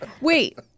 Wait